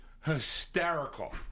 hysterical